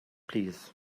plîs